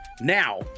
now